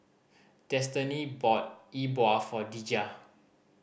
Destany bought E Bua for Deja